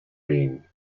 beam